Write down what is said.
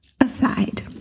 aside